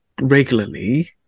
regularly